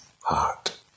heart